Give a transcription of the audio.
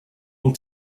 able